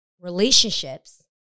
relationships